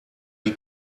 die